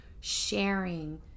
sharing